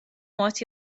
mod